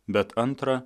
bet antra